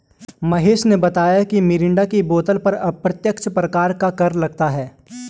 महेश ने बताया मिरिंडा की बोतल पर अप्रत्यक्ष प्रकार का कर लगता है